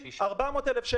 400,000,